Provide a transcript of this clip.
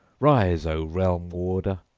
rise, o realm-warder!